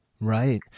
Right